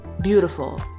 Beautiful